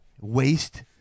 waste